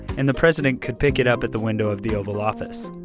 and the president could pick it up at the window of the oval office.